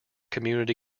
community